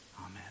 Amen